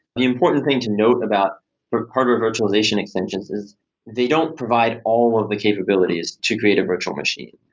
the important thing to note about hardware virtualization extensions is they don't provide all of the capabilities to create a virtual machine.